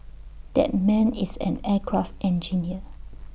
that man is an aircraft engineer